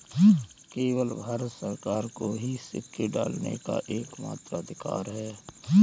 केवल भारत सरकार को ही सिक्के ढालने का एकमात्र अधिकार है